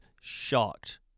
shocked